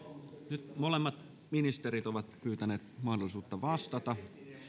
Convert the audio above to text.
nyt molemmat ministerit ovat pyytäneet mahdollisuutta vastata